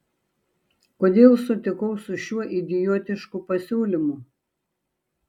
kodėl sutikau su šiuo idiotišku pasiūlymu